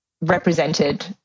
represented